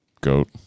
Goat